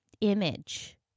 image